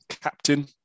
captain